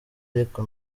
ariko